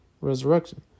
resurrection